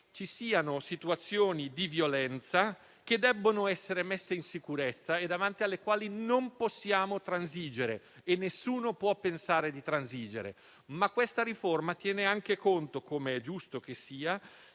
ci siano situazioni di violenza che devono essere messe in sicurezza e davanti alle quali non possiamo transigere e nessuno può pensare di transigere. Questa riforma tiene anche conto - come è giusto che sia